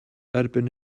erbyn